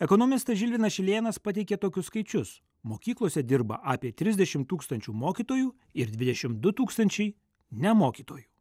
ekonomistas žilvinas šilėnas pateikė tokius skaičius mokyklose dirba apie trisdešimt tūkstančių mokytojų ir dvidešimt du tūkstančiai ne mokytojų